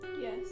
Yes